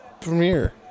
premiere